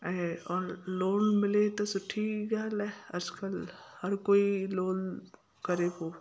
ऐं ऑ लोन मिले त सुठी ॻाल्हि आहे अॼुकल्ह हर कोई लोन करे पोइ